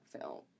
film